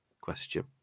Question